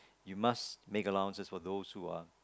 you must make allowances for those who are